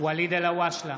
ואליד אלהואשלה,